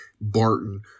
Barton